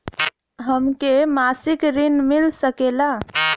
हमके मासिक ऋण मिल सकेला?